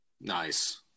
Nice